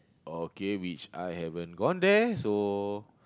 okay which I haven't gone there so